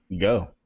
go